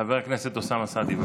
חבר הכנסת אוסאמה סעדי,